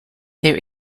there